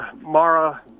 Mara